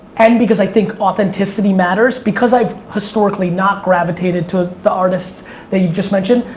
and because i think authenticity matters, because i've historically not gravitated to the artists that you just mentioned,